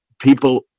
People